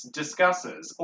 discusses